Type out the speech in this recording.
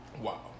Wow